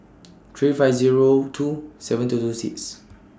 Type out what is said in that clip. three five Zero two seven two two six